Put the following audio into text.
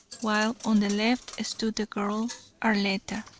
while on the left stood the girl arletta.